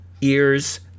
Ears